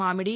మామిడి